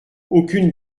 aucune